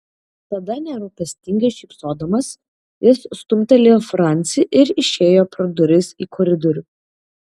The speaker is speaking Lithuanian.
tada nerūpestingai šypsodamas jis stumtelėjo francį ir išėjo pro duris į koridorių